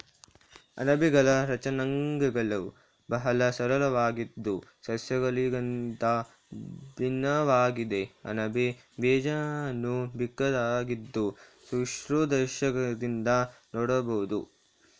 ಅಣಬೆಗಳ ರಚನಾಂಗಗಳು ಬಹಳ ಸರಳವಾಗಿದ್ದು ಸಸ್ಯಗಳಿಗಿಂತ ಭಿನ್ನವಾಗಿದೆ ಅಣಬೆ ಬೀಜಾಣು ಚಿಕ್ಕದಾಗಿದ್ದು ಸೂಕ್ಷ್ಮದರ್ಶಕದಿಂದ ನೋಡ್ಬೋದು